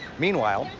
meanwhile,